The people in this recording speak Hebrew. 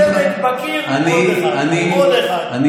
אני, סדק בקיר, ועוד אחד, ועוד אחד.